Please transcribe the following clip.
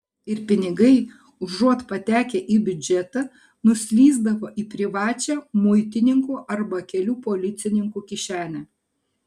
ir pinigai užuot patekę į biudžetą nuslysdavo į privačią muitininkų arba kelių policininkų kišenę